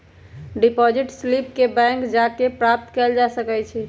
deposit slip के bank जा कऽ प्राप्त कएल जा सकइ छइ